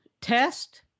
test